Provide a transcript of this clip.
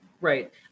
Right